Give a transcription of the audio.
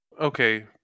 Okay